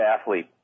athlete